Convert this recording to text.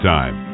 Time